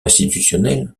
institutionnel